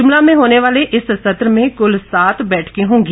शिमला में होने वाले इस सत्र में कुल सात बैठकें होंगी